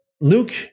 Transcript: Luke